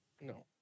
No